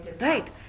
Right